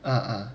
uh uh